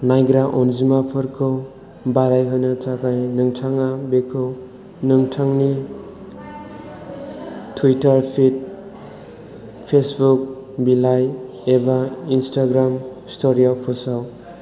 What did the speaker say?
नायग्रा अनजिमाफोरखौ बारायहोनो थाखाय नोंथाङा बेखौ नोंथांनि टुइटार फिड फेसबुक बिलाइ एबा इनस्टाग्राम स्ट'रियाव फोसाव